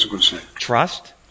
Trust